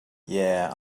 yeah